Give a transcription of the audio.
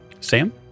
sam